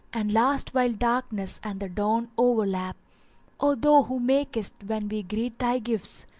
and last while darkness and the dawn o'erlap o thou who makest, when we greet thy gifts,